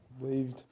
believed